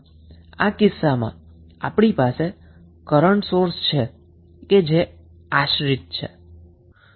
આમ અહી આ કિસ્સામાં આપણી પાસે કરન્ટ સોર્સ છે જે ડિપેન્ડન્ટ છે